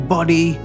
Body